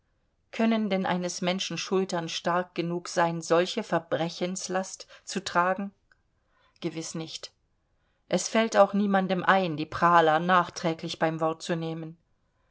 können denn eines menschen schultern stark genug sein solche verbrechenlast zu tragen gewiß nicht es fällt auch niemandem ein die prahler nachträglich beim wort zu nehmen